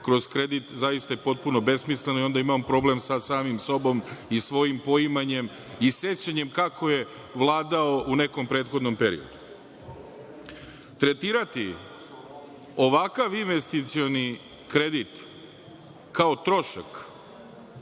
kroz kredit, zaista je potpuno besmisleno i onda imamo problem sa samim sobom i svojim poimanjem i sećanjem kako je vladao u nekom prethodnom periodu. Tretirati ovakav investicioni kredit kao trošak